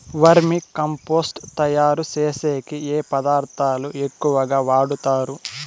వర్మి compost తయారుచేసేకి ఏ పదార్థాలు ఎక్కువగా వాడుతారు